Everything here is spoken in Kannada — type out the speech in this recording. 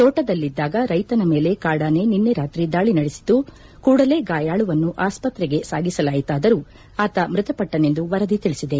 ತೋಟದಲ್ಲಿದ್ದಾಗ ರೈತನ ಮೇಲೆ ಕಾಡಾನೆ ನಿನ್ನೆ ರಾತ್ರಿ ದಾಳಿ ನಡೆಸಿತು ಕೂಡಲೇ ಗಾಯಾಳುವನ್ನು ಆಸ್ತತ್ರೆಗೆ ಸಾಗಿಸಲಾಯಿತಾದರೂ ಆತ ಮೃತಪಟ್ಟನೆಂದು ವರದಿ ತಿಳಿಸಿದೆ